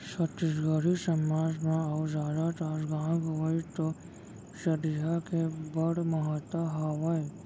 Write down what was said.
छत्तीसगढ़ी समाज म अउ जादातर गॉंव गँवई तो चरिहा के बड़ महत्ता हावय